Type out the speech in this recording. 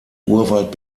urwald